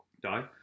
die